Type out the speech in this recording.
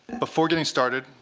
before getting started,